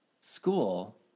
school